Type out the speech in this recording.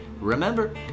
remember